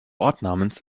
ortsnamens